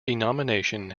denomination